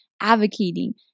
advocating